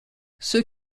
ceux